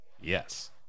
Yes